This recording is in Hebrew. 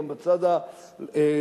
גם בצד הלחימתי,